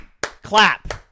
clap